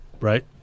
right